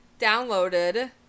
downloaded